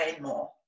more